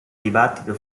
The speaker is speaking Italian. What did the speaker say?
dibattito